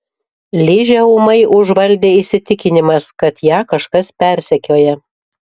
ližę ūmai užvaldė įsitikinimas kad ją kažkas persekioja